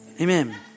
Amen